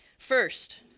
First